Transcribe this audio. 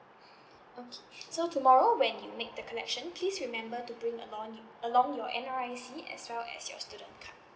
okay so tomorrow when you make the collection please remember to bring alon~ along your N_R_I_C as well as your student card